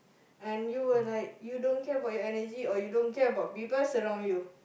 and you will like you don't care about your energy or you don't care about people surround you